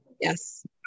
Yes